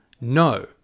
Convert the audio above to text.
No